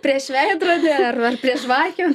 prieš veidrodį ar ar prie žvakių